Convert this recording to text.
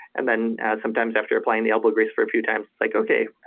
and then sometimes after applying the elbow grease for a few times, it's like, okay.